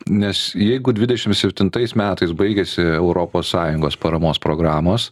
nes jeigu dvidešim septintais metais baigiasi europos sąjungos paramos programos